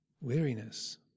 weariness